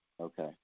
Okay